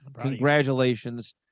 congratulations